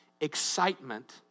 excitement